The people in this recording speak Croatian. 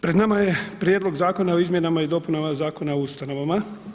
Pred nama je Prijedlog zakona o izmjenama i dopunama Zakona o ustanovama.